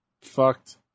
fucked